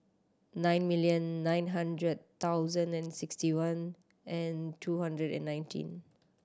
nine million nine hundred thousand and sixty one and two hundred and nineteen